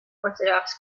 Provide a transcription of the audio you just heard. orthodox